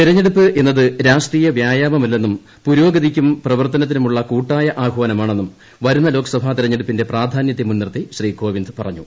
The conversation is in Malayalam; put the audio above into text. തെരഞ്ഞെടുപ്പ് എന്നത് രാഷ്ട്രീയ വ്യായാമമല്ലെന്നും പുരോഗതിയിക്കും പ്രവർത്തനത്തിനുമായുളള കൂട്ടായ ആഹ്വാനമാണെന്നും വരുന്ന ലോക്സഭാ തെരഞ്ഞെടുപ്പിന്റെ പ്രധാന്യത്തെ മുൻനിർത്തി ശ്രീ കോവിന്ദ് പറഞ്ഞു